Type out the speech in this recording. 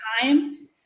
time